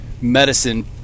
medicine